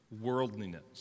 worldliness